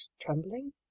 trembling